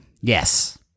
yes